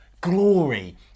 Glory